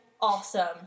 awesome